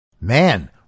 Man